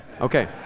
Okay